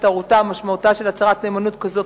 השתרעותה ומשמעותה של הצהרת נאמנות כזאת,